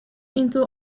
into